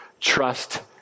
trust